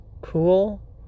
cool